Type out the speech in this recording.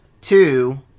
Two